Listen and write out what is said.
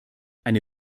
eine